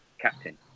captain